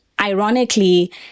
ironically